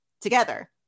together